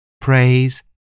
Praise